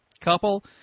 couple